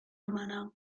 hermana